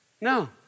No